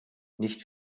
nicht